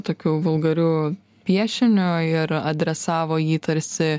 tokiu vulgariu piešiniu ir adresavo jį tarsi